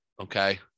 Okay